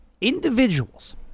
individuals